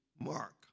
Mark